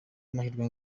amahirwe